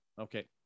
Okay